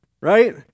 right